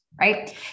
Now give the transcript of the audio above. Right